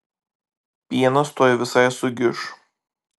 pienas tuoj visai sugiš